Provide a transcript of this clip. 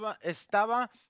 estaba